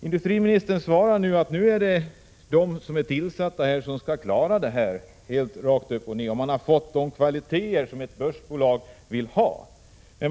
Industriministern svarar nu att det är de personer som är tillsatta i styrelsen och den verkställande ledningen som rakt upp och ner skall klara att ge SSAB de kvaliteter som ett börsbolag vill ha.